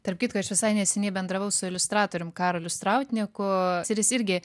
tarp kitko aš visai neseniai bendravau su iliustratorium karoliu strautnieku ir jis irgi